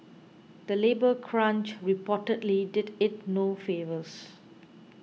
the labour crunch reportedly did it no favours